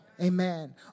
Amen